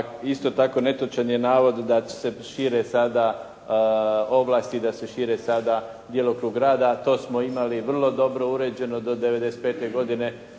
isto tako netočan je navod da se šire sada ovlasti, da se širi sada djelokrug rada. To smo imali vrlo dobro uređeno do '95. godine,